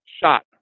shot